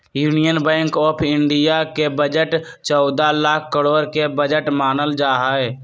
union Bank of India के budget चौदह लाख करोड के बजट मानल जाहई